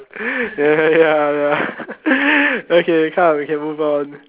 ya ya ya okay come we can move on